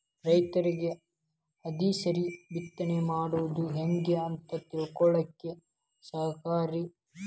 ರೈತರಿಗೆ ಹದಸರಿ ಬಿತ್ತನೆ ಮಾಡುದು ಹೆಂಗ ಅಂತ ತಿಳಕೊಳ್ಳಾಕ ಸಹಾಯಕಾರಿ